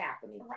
happening